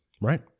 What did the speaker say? Right